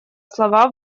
слова